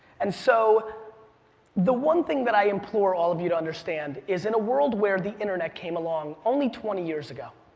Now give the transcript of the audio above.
and so the one thing that i implore all of you to understand is in a world where the internet came along only twenty years ago.